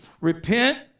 repent